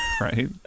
Right